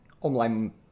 online